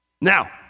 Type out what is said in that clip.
Now